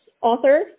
author